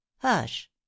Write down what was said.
hush